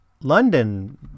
London